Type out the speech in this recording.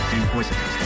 Inquisitive